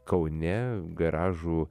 kaune garažų